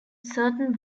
certain